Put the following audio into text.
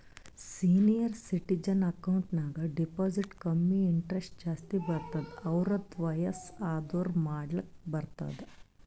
senior citizen account ನಾಗ್ deposit ಕಮ್ಮಿ interest ಜಾಸ್ತಿ ಬರ್ತುದ್ ಅರ್ವತ್ತ್ ವಯಸ್ಸ್ ಆದೂರ್ ಮಾಡ್ಲಾಕ ಬರ್ತುದ್